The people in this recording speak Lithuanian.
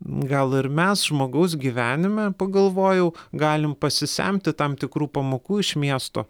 gal ir mes žmogaus gyvenime pagalvojau galim pasisemti tam tikrų pamokų iš miesto